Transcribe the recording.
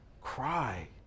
cry